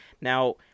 Now